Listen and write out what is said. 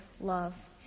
love